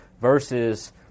versus